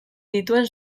dituen